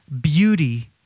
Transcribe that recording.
beauty